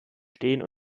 stehen